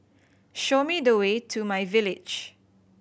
show me the way to myVillage